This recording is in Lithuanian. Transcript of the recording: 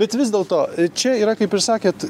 bet vis dėlto čia yra kaip ir sakėt